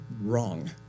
wrong